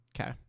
okay